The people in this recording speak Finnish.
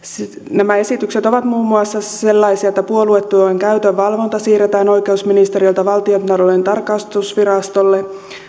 nämä esitykset ovat muun muassa sellaisia että puoluetuen käytön valvonta siirretään oikeusministeriöltä valtiontalouden tarkastusvirastolle